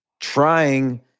trying